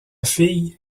fille